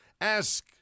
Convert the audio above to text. Ask